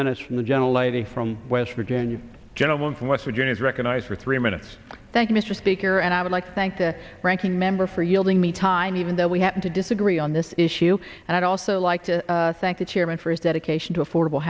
minutes from the gentle lady from west virginia gentleman from west virginia is recognized for three minutes thank you mr speaker and i would like to thank the ranking member for yielding me time even though we happen to disagree on this issue and i'd also like to thank the chairman for his dedication to affordable